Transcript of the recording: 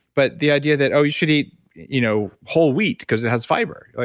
but the idea that, oh, you should eat you know whole wheat because it has fiber.